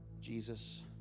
Jesus